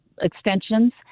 extensions